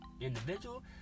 individual